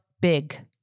big